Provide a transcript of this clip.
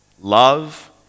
love